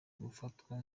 gufatwa